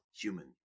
human